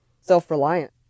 self-reliant